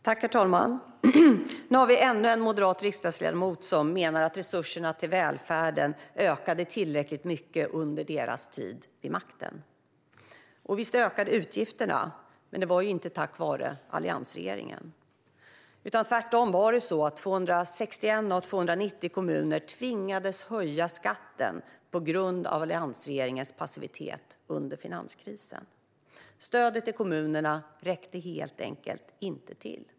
Herr talman! Här har vi ännu en moderat riksdagsledamot som menar att resurserna till välfärden ökade tillräckligt mycket under Alliansens tid vid makten. Visst ökade utgifterna, men det var inte tack vare alliansregeringen. Tvärtom var det så att 261 av 290 kommuner tvingades höja skatten på grund av alliansregeringens passivitet under finanskrisen. Stödet till kommunerna räckte helt enkelt inte till.